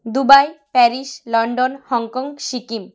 Dubai Paris London Hong Kong Sikkim